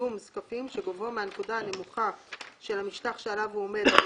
פיגום זקפים שגובהו מהנקודה הנמוכה של המשטח שעליו הוא עומד עד